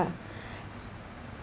uh